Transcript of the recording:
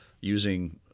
using